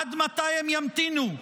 עד מתי הם ימתינו?